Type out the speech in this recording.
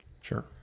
Sure